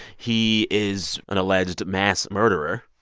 he is an alleged mass murderer.